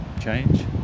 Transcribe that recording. change